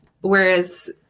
Whereas